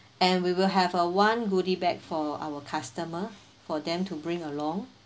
and we will have a one goodie bag for our customer for them to bring along